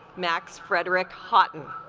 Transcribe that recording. max frederic haughton